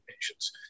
patients